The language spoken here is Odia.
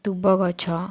ଦୁବଗଛ